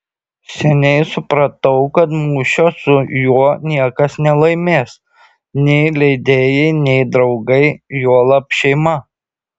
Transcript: seniai supratau kad mūšio su juo niekas nelaimės nei leidėjai nei draugai juolab šeima